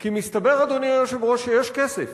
כי מסתבר, אדוני היושב-ראש, שיש כסף.